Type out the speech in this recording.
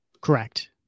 Correct